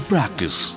Practice